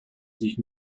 sich